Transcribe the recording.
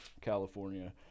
California